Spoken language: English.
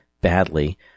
badly